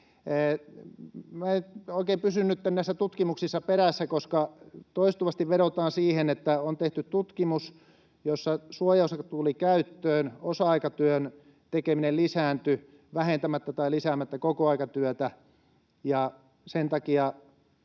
en oikein pysy nyt näissä tutkimuksissa perässä, koska toistuvasti vedotaan siihen, että on tehty tutkimus, että kun suojaosa tuli käyttöön, niin osa-aikatyön tekeminen lisääntyi vähentämättä tai lisäämättä kokoaikatyötä,